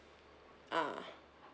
ah